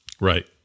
Right